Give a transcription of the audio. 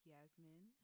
Yasmin